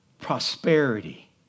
prosperity